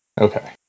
Okay